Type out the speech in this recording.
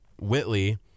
Whitley